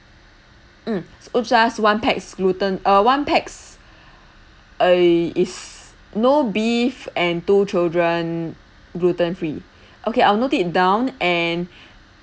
mm so just one pax gluten uh one pax err is no beef and two children gluten free okay I'll note it down and